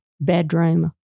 bedroom